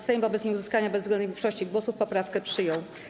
Sejm wobec nieuzyskania bezwzględnej większości głosów poprawkę przyjął.